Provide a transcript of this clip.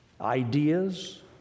ideas